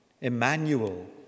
Emmanuel